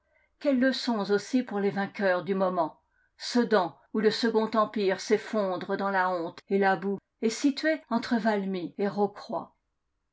quelles leçons aussi pour les vainqueurs du moment sedan où le second empire s'effondre dans la honte et la boue est situé entre valmy et